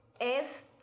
es